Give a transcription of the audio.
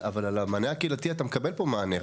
אבל על המענה הקהילתי אתה מקבל פה מענה.